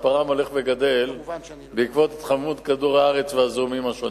מספרן הולך וגדל בעקבות התחממות כדור-הארץ והזיהומים השונים.